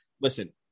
listen